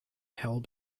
hell